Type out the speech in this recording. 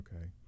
okay